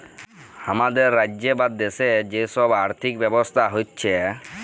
হামাদের রাজ্যের বা দ্যাশের যে সব আর্থিক ব্যবস্থা হচ্যে